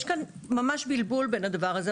יש כאן ממש בלבול בדבר הזה.